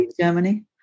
Germany